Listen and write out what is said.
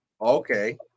Okay